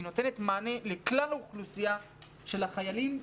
היא נותנת מענה לכלל אוכלוסיית החיילים.